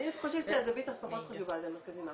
אני חושבת שהזווית הפחות חשובה זה המרכזים האקוטיים.